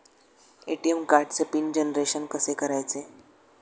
ATM कार्डचे PIN generation कसे करायचे?